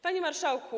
Panie Marszałku!